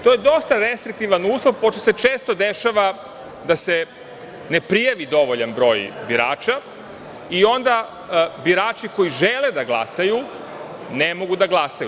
To je dosta restriktivan uslov, pošto se često dešava da se ne prijavi dovoljan broj birača i onda birači koji žele da glasaju ne mogu da glasaju.